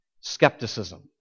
Skepticism